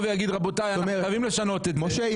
ויגיד שחייבים לשנות את זה --- משה,